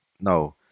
No